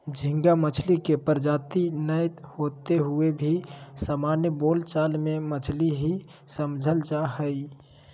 झींगा मछली के प्रजाति नै होते हुए भी सामान्य बोल चाल मे मछली ही समझल जा हई